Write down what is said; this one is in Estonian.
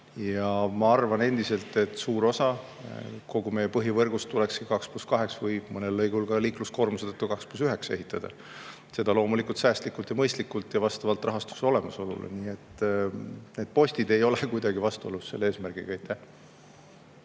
Ja ma arvan endiselt, et suur osa kogu meie põhivõrgust tulekski 2 + 2 või mõnel lõigul ka liikluskoormuse tõttu 2 + 1 ehitada. Seda loomulikult säästlikult ja mõistlikult ja vastavalt rahastuse olemasolule. Need postid ei ole kuidagi vastuolus selle eesmärgiga.